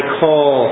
call